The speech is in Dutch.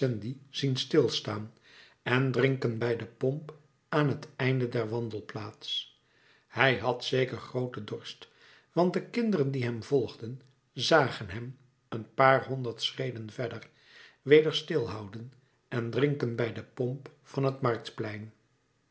zien stilstaan en drinken bij de pomp aan t einde der wandelplaats hij had zeker grooten dorst want de kinderen die hem volgden zagen hem een paar honderd schreden verder weder stilhouden en drinken bij de pomp van het marktplein